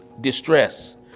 distress